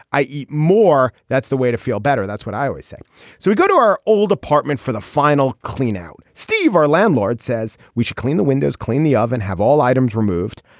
i eat more. that's the way to feel better. that's what i always say. so we go to our old apartment for the final clean out. steve, our landlord says we should clean the windows, clean the oven, have all items removed.